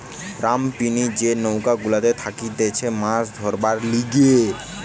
রামপিনি যে নৌকা গুলা থাকতিছে মাছ ধরবার লিগে